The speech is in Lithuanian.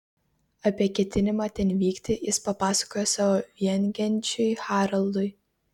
apie ketinimą ten vykti jis papasakojo savo viengenčiui haraldui